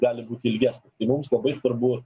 gali būti ilgesnis tai mums labai svarbu